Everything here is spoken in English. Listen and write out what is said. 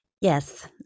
Yes